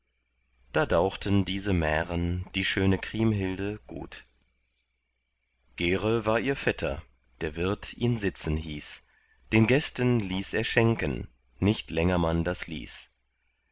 da dauchten diese mären die schöne kriemhilde gut gere war ihr vetter der wirt ihn sitzen hieß den gästen hieß er schenken nicht länger man das ließ